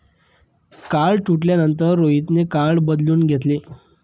card तुटल्यानंतर रोहितने card बदलून घेतले